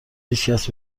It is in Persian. هیچکس